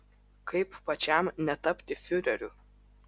kaip pačiam netapti fiureriu